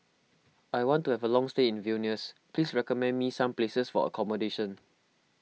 I want to have a long stay in Vilnius please recommend me some places for accommodation